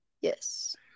Yes